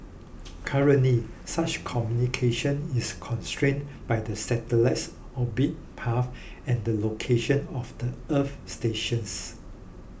currently such communication is constrained by the satellite's orbit path and the location of the earth stations